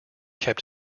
kept